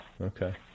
Okay